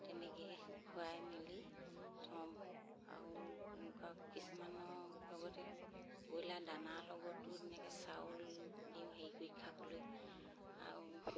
তেনেকৈ খুৱাই মেলি থওঁ আৰু এনেকুৱা কিছুমানৰ লগতে ব্ৰইলাৰ দানাৰ লগতো তেনেকৈ চাউল দিওঁ হেৰি কৰি খাবলৈ আৰু